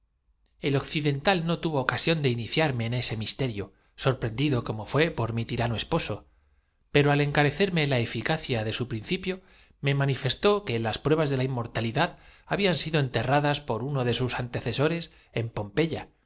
el occidental no tuvo ocasión de iniciarme en ese sa demasiado el asunto para confiar la derrota á un misterio sorprendido como fué por mi tirano esposo demente pero al encarecerme la eficacia de su principio me manifestó que las pruebas de la inmortalidad habían cómo ha perdido el j uicio preguntaron los demás sido enterradas por uno de sus antecesores en